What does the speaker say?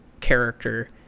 character